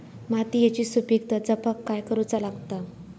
मातीयेची सुपीकता जपाक काय करूचा लागता?